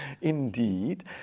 indeed